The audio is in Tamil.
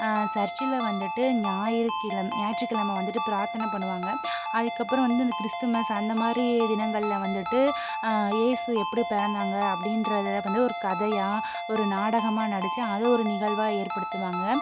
சர்ச்சில் வந்துட்டு ஞாயிறுக்கிழமை ஞாயிற்றுக்கிழமை வந்துட்டு பிராத்தனை பண்ணுவாங்க அதுக்கு அப்புறம் வந்து இந்த கிறிஸ்துமஸ் அந்த மாதிரி தினங்கள்ல வந்துட்டு ஏசு எப்படி பிறந்தாங்க அப்படின்றத இதை வந்து ஒரு கதையாக ஒரு நாடகமாக நடிச்சு அதை ஒரு நிகழ்வாக ஏற்படுத்துவாங்க